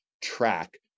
track